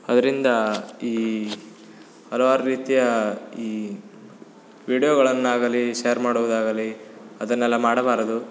ಅದರಿಂದ ಈ ಹಲವಾರು ರೀತಿಯ ಈ ವೀಡಿಯೋಗಳನ್ನಾಗಲಿ ಶೇರ್ ಮಾಡುವುದಾಗಲಿ ಅದನ್ನೆಲ್ಲ ಮಾಡಬಾರದು